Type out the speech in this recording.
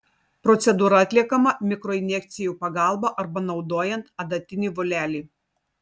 procedūra atliekama mikroinjekcijų pagalba arba naudojant adatinį volelį